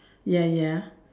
ya ya